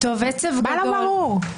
מה לא ברור?